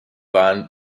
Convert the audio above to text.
waren